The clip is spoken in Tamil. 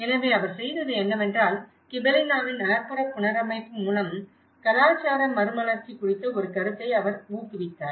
எனவே அவர் செய்தது என்னவென்றால் கிபெலினாவின் நகர்ப்புற புனரமைப்பு மூலம் கலாச்சார மறுமலர்ச்சி குறித்த ஒரு கருத்தை அவர் ஊக்குவித்தார்